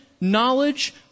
knowledge